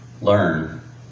learn